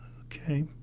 Okay